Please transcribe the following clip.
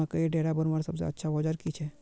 मकईर डेरा बनवार सबसे अच्छा औजार की छे?